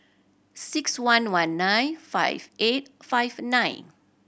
six one one nine five eight five nine